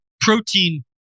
protein